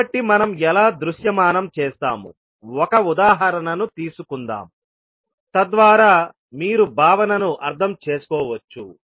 కాబట్టి మనం ఎలా దృశ్యమానం చేస్తాము ఒక ఉదాహరణను తీసుకుందాం తద్వారా మీరు భావనను అర్థం చేసుకోవచ్చు